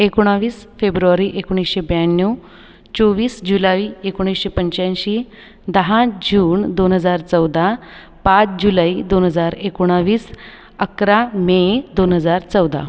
एकोणवीस फेब्रुवारी एकोणीसशे ब्याण्णव चोवीस जुलै एकोणीसशे पंच्याऐंशी दहा जून दोन हजार चौदा पाच जुलै दोन हजार एकोणवीस अकरा मे दोन हजार चौदा